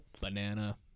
banana